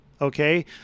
Okay